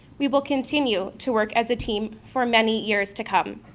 we will continue to work as a team for many years to come.